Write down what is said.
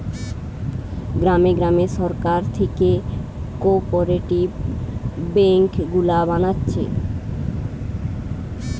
গ্রামে গ্রামে সরকার থিকে কোপরেটিভ বেঙ্ক গুলা বানাচ্ছে